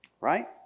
Right